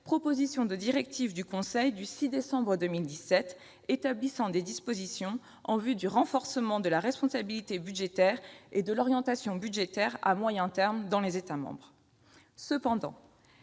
proposition de directive du Conseil du 6 décembre 2017 établissant des dispositions en vue du renforcement de la responsabilité budgétaire et de l'orientation budgétaire à moyen terme dans les États membres.